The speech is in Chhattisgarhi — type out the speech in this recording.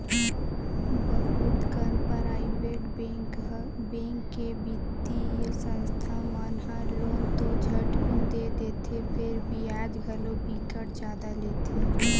बहुत कन पराइवेट बेंक के बित्तीय संस्था मन ह लोन तो झटकुन दे देथे फेर बियाज घलो बिकट जादा लेथे